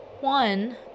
one